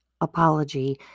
apology